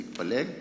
להתפלג,